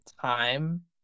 time